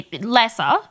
lesser